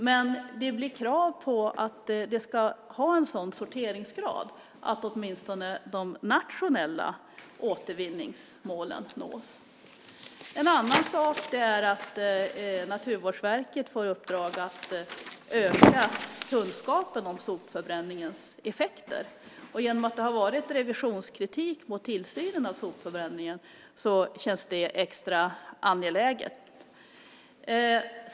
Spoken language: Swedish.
Men det blir krav på att det ska ha en sådan sorteringsgrad att åtminstone de nationella återvinningsmålen nås. En annan sak är att Naturvårdsverket får i uppdrag att öka kunskapen om sopförbränningens effekter. Genom att det har varit revisionskritik mot tillsynen av sopförbränningen känns det extra angeläget.